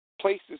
places